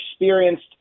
experienced